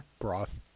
Broth